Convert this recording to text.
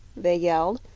they yelled,